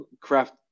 craft